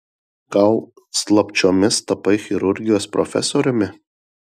gal slapčiomis tapai chirurgijos profesoriumi